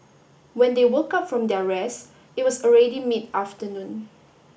when they woke up from their rest it was already mid afternoon